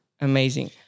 Amazing